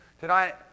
Tonight